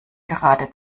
gerade